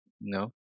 No